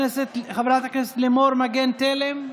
חברת הכנסת לימור מגן תלם,